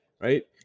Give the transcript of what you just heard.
right